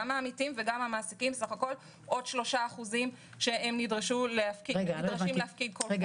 גם העמיתים וגם המעסיקים נדרשים להפקיד בכל חודש